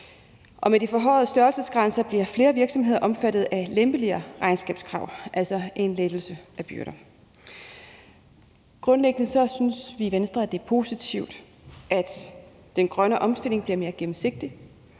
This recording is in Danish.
på. Med de forhøjede størrelsesgrænser bliver flere virksomheder omfattet af lempeligere regnskabskrav, altså en lettelse af byrder. Grundlæggende synes vi i Venstre, at det er positivt, at den grønne omstilling bliver mere gennemsigtig,